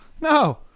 no